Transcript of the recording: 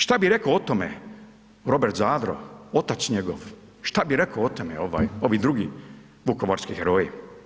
Šta bi reko o tome Robert Zadro, otac njegov, šta bi reko o tome ovaj, ovi drugi vukovarski heroji?